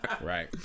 Right